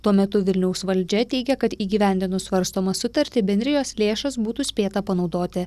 tuo metu vilniaus valdžia teigia kad įgyvendinus svarstomą sutartį bendrijos lėšas būtų spėta panaudoti